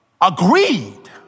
agreed